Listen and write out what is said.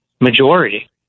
majority